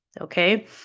Okay